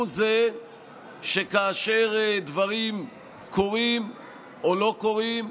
הוא זה שכאשר דברים קורים או לא קורים,